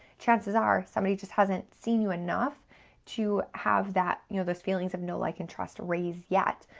chances are somebody just hasn't seen you enough to have that, you know, those feelings of know, like, and trust raised yet,